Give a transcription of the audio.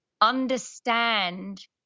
understand